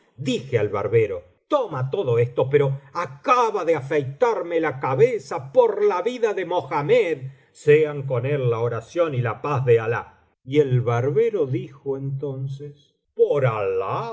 dije al barbero toma todo esto pero acaba de afeitarme la cabeza por la vida de mohamed sean con él la oración y la paz de alah y el barbero dijo entonces por alali